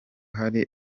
hari